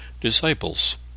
disciples